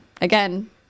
Again